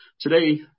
Today